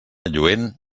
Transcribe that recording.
lluent